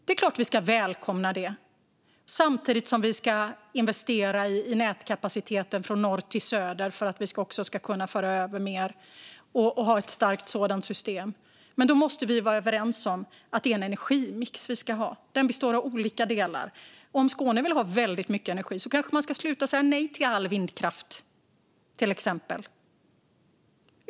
Det är klart att vi ska välkomna det samtidigt som vi ska investera i nätkapaciteten från norr till söder så att vi ska kunna föra över mer och ha ett starkt system. Men då måste vi vara överens om att det är en energimix vi ska ha. Den består av olika delar. Om Skåne vill ha väldigt mycket energi ska man kanske sluta säga nej till all vindkraft, till exempel.